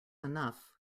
enough